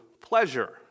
pleasure